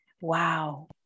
Wow